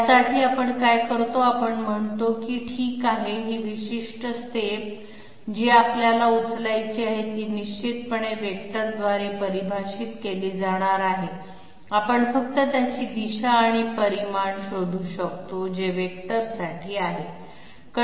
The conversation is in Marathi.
यासाठी आपण काय करतो आपण म्हणतो की ठीक आहे ही विशिष्ट स्टेप जी आपल्याला उचलायची आहे ती निश्चितपणे वेक्टरद्वारे परिभाषित केली जाणार आहे आपण फक्त त्याची दिशा आणि परिमाण शोधू शकतो जे व्हेक्टरसाठी आहे